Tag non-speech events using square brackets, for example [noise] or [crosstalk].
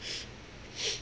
[noise]